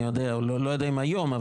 לא יודע אם היום,